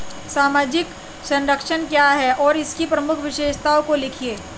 सामाजिक संरक्षण क्या है और इसकी प्रमुख विशेषताओं को लिखिए?